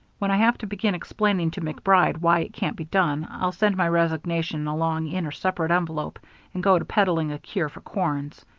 when i have to begin explaining to macbride why it can't be done, i'll send my resignation along in a separate envelope and go to peddling a cure for corns.